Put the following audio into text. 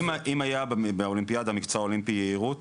אם היה באולימפיאדה מקצוע אולימפי יהירות